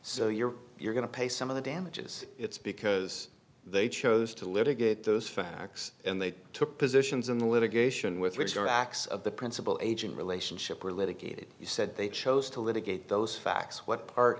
you're you're going to pay some of the damages it's because they chose to litigate those facts and they took positions in the litigation with which are acts of the principal agent relationship were litigated you said they chose to litigate those facts what part